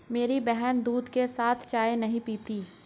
मेरी बहन दूध के साथ चाय नहीं पीती